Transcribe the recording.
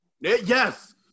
Yes